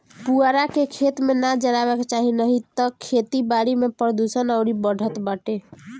पुअरा के, खेत में ना जरावे के चाही नाही तअ खेती बारी में प्रदुषण अउरी बढ़त बाटे